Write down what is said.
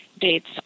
dates